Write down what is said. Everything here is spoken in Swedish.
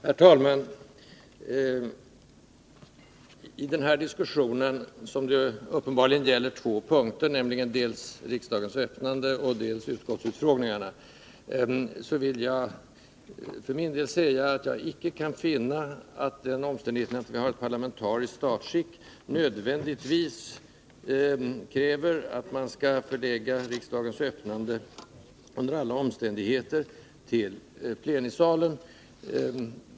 Herr talman! I den här diskussionen, som uppenbarligen gäller två punkter, dels riksmötets öppnande, dels utskottsutfrågningarna, vill jag för min del säga att jag icke kan finna att det förhållandet att vi har ett parlamentariskt statsskick nödvändigtvis kräver att man under alla omständigheter skall förlägga riksmötets öppnande till plenisalen.